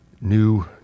new